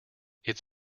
it’s